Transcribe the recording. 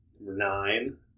Nine